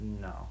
No